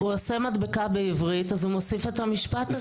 הוא עושה מדבקה בעברית ומוסיף את המשפט הזה.